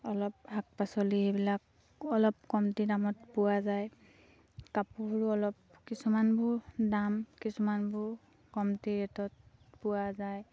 অলপ শাক পাচলি এইবিলাক অলপ কমটি দামত পোৱা যায় কাপোৰো অলপ কিছুমানবোৰ দাম কিছুমানবোৰ কমটি ৰেটত পোৱা যায়